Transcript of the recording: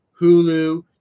Hulu